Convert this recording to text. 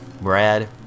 Brad